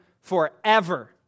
forever